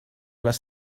les